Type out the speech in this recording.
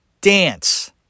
dance